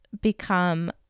become